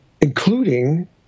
including